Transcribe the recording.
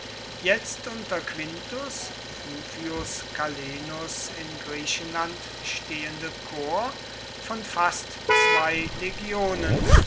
jetzt unter quintus fufius calenus in griechenland stehende korps von fast zwei legionen